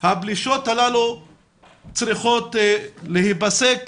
הפלישות הללו צריכות להיפסק